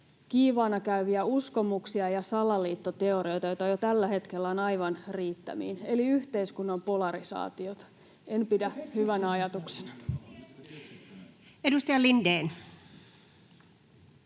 kiivaana käyviä uskomuksia ja salaliittoteorioita, joita jo tällä hetkellä on aivan riittämiin, eli yhteiskunnan polarisaatiota. En pidä hyvänä ajatuksena. [Välihuutoja